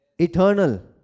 Eternal